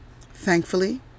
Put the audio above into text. Thankfully